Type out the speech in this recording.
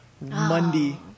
Monday